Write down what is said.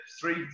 three